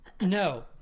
no